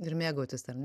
ir mėgautis ar ne